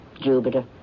Jupiter